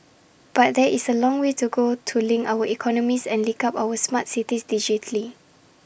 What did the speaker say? but there is A long way to go to link our economies and link up our smart cities digitally